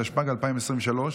התשפ"ג 2023,